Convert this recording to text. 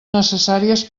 necessàries